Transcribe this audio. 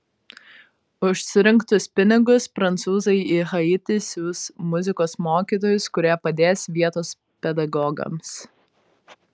už surinktus pinigus prancūzai į haitį siųs muzikos mokytojus kurie padės vietos pedagogams